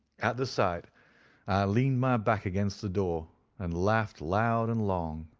at the sight, i leaned my back against the door and laughed loud and long.